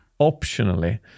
Optionally